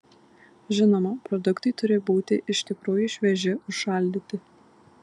žinoma produktai turi būti iš tikrųjų švieži užšaldyti